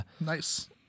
Nice